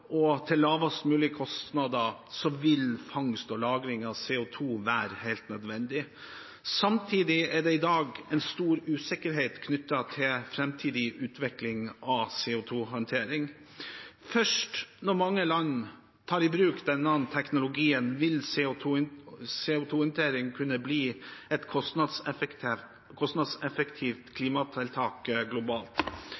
og til lavest mulig kostnader, vil fangst og lagring av CO 2 være helt nødvendig. Samtidig er det i dag en stor usikkerhet knyttet til framtidig utvikling av CO 2 -håndtering. Først når mange land tar i bruk denne teknologien, vil CO 2 -håndtering kunne bli et kostnadseffektivt